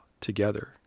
together